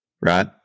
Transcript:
Right